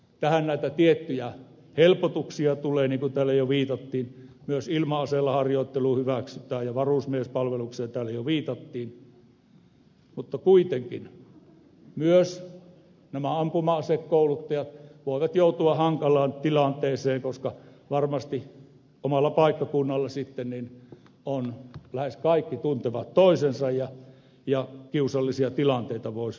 tähän näitä tiettyjä helpotuksia tulee niin kuin täällä jo viitattiin myös ilma aseella harjoittelu hyväksytään ja varusmiespalvelukseen täällä jo viitattiin mutta kuitenkin myös nämä ampuma asekouluttajat voivat joutua hankalaan tilanteeseen koska varmasti omalla paikkakunnalla lähes kaikki tuntevat toisensa ja kiusallisia tilanteita voisi myös syntyä